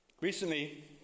Recently